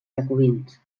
jacobins